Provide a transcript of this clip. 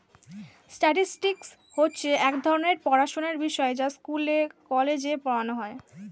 statistics হচ্ছে এক ধরণের পড়াশোনার বিষয় যা স্কুলে, কলেজে পড়ানো হয়